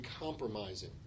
compromising